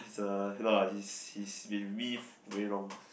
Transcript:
he's uh no lah he's he's been with me f~ very long